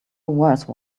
worse